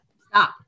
Stop